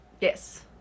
Yes